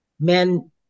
men